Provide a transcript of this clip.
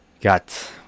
Got